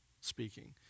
speaking